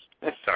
Sorry